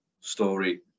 story